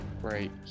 right